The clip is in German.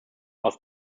auf